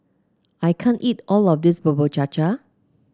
I can't eat all of this Bubur Cha Cha